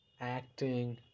acting